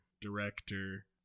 director